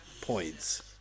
points